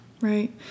Right